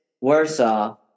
Warsaw